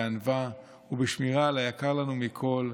בענווה ובשמירה על היקר לנו מכול,